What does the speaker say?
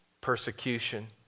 persecution